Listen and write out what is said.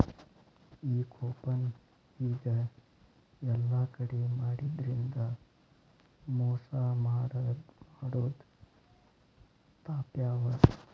ಈ ಕೂಪನ್ ಈಗ ಯೆಲ್ಲಾ ಕಡೆ ಮಾಡಿದ್ರಿಂದಾ ಮೊಸಾ ಮಾಡೊದ್ ತಾಪ್ಪ್ಯಾವ